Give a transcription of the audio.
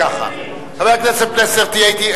חבר הכנסת פלסנר, תהיה אתי.